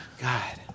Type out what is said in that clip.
God